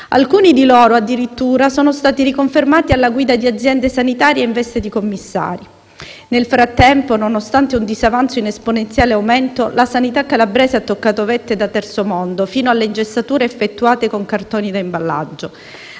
Alcuni di loro, addirittura, sono stati riconfermati alla guida di aziende sanitarie in veste di commissari. Nel frattempo, nonostante un disavanzo in esponenziale aumento, la sanità calabrese ha toccato vette da terzo mondo, fino alle ingessature effettuate con cartoni da imballaggio.